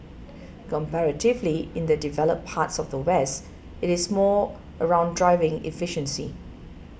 comparatively in the developed parts of the West it is more around driving efficiency